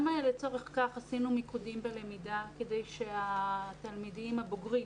לצורך כך עשינו מיקודים בלמידה כדי שהתלמידים הבוגרים